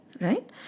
right